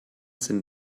sind